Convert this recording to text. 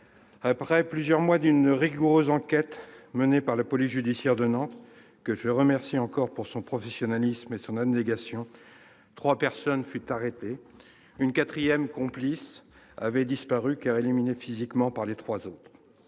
Après plusieurs mois d'une enquête rigoureuse menée par la police judiciaire de Nantes, que je remercie encore de son professionnalisme et de son abnégation, trois personnes furent arrêtées. Un quatrième complice avait disparu, éliminé physiquement par les trois autres.